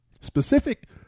specific